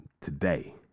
today